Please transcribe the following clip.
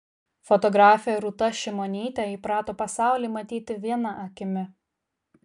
fotografė rūta šimonytė įprato pasaulį matyti viena akimi